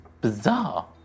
bizarre